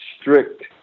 strict